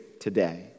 today